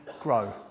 grow